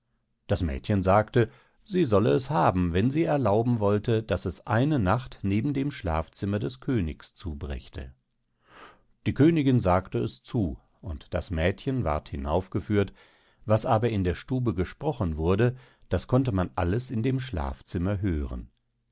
das mädchen sagte sie solle es haben wenn sie erlauben wollte daß es eine nacht neben dem schlafzimmer des königs zubrächte die königin sagte es zu und das mädchen ward hinaufgeführt was aber in der stube gesprochen wurde das konnte man alles in dem schlafzimmer hören